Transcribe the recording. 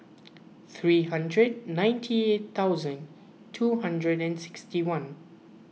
three hundred and ninety eight thousand two hundred and sixty one